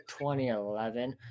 2011